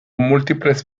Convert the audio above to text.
múltiples